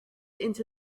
into